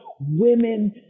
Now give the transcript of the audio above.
women